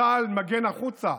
צה"ל מגן החוצה,